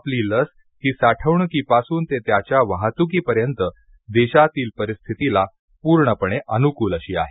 आपली लस ही साठवणुकीपासून ते त्याच्या वाहतुकीपर्यंत देशातील परिस्थितीला पूर्णपणे अनुकूल अशी आहे